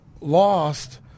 lost